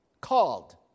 called